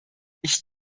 ich